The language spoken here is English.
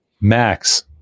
Max